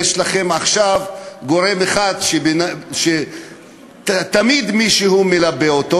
יש לכם עכשיו גורם אחד שתמיד מישהו מלבה אותו,